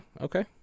okay